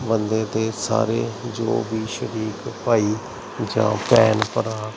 ਬੰਦੇ ਦੇ ਸਾਰੇ ਜੋ ਵੀ ਸ਼ਰੀਕ ਭਾਈ ਜਾਂ ਭੈਣ ਭਰਾ